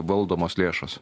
valdomos lėšos